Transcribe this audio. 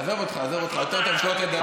עזוב אותך, עזוב אותך, יותר טוב שלא תדבר.